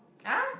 !huh!